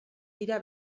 dira